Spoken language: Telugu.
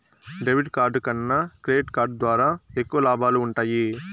డెబిట్ కార్డ్ కన్నా క్రెడిట్ కార్డ్ ద్వారా ఎక్కువ లాబాలు వుంటయ్యి